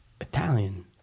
italian